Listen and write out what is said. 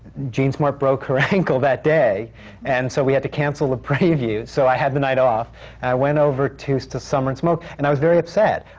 jean smart broke her ankle that day and so, we had to cancel the preview, so i had the night off. and i went over to to summer and smoke, and i was very upset,